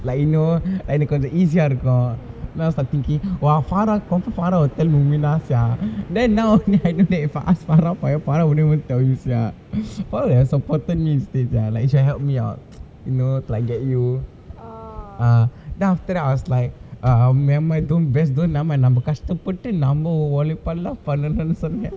like you know like எனக்கு கொஞ்ச:enakku konja easy ah இருக்கும்:irukkum then I was like thinking !wah! farah confirm farah will tell ruminah sia then now only I know that I ask farah for help farah wouldn't even tell you sia !aiya! she would have supported me instead sia like she would help me out you know like get you ah then after that I was like uh ah never mind best don't never mind நம்ம நம்ம கஷ்டப்பட்டு நம்ம ஒளைப்பால பன்னனுனு சொன்ன:namma namma kastappattu namma olaippaala pannanunu sonna